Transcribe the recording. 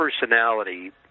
personality